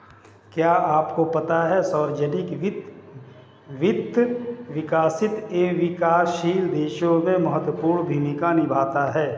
क्या आपको पता है सार्वजनिक वित्त, विकसित एवं विकासशील देशों में महत्वपूर्ण भूमिका निभाता है?